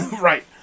Right